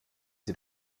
sie